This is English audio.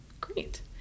Great